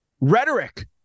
rhetoric